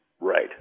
Right